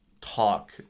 talk